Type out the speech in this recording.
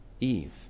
Eve